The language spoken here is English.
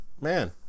man